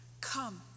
come